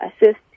assist